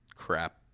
Crap